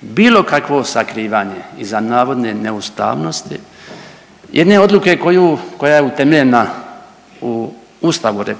bilo kakvo sakrivanje iza navodne neustavnosti jedne odluke koju, koja je utemeljena u Ustavu RH